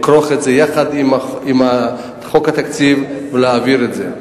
לכרוך את זה יחד עם חוק התקציב ולהעביר את זה.